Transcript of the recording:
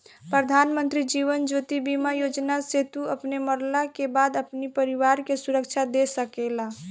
प्रधानमंत्री जीवन ज्योति बीमा योजना से तू अपनी मरला के बाद अपनी परिवार के सुरक्षा दे सकेला